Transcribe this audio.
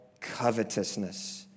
covetousness